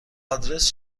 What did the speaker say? آدرس